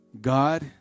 God